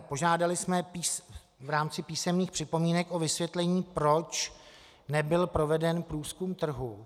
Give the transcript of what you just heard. Požádali jsme v rámci písemných připomínek o vysvětlení, proč nebyl proveden průzkum trhu.